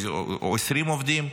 או 20 עובדים,